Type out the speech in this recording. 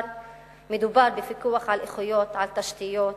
מדובר בפיקוח על איכויות, על תשתיות,